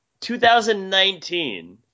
2019